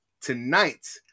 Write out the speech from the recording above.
tonight